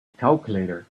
calculator